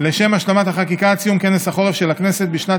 לשם השלמת החקיקה עד סיום כנס החורף של הכנסת בשנת